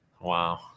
Wow